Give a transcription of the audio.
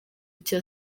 cya